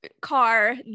car